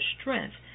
strength